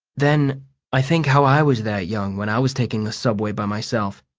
then i think how i was that young when i was taking the subway by myself.